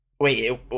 wait